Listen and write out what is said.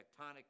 tectonic